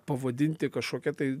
pavadinti kažkokia tai